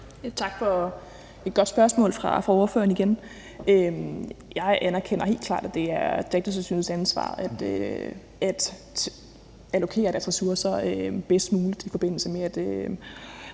Tak for et godt spørgsmål fra ordføreren igen. Jeg anerkender helt klart, at det er Datatilsynets ansvar at allokere deres ressourcer bedst muligt i forbindelse med at